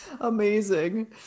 Amazing